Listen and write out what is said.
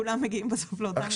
כולם מגיעים בסוף לאותו מקום.